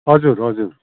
हजुर हजुर